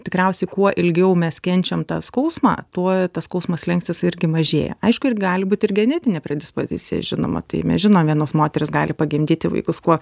tikriausiai kuo ilgiau mes kenčiam tą skausmą tuo tas skausmo slenkstis irgi mažėja aišku ir gali būti ir genetinė predispozicija žinoma tai mes žinom vienos moterys gali pagimdyti vaikus kuo